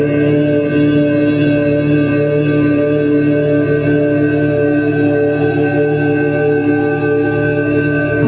the